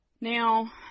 Now